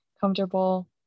comfortable